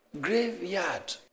Graveyard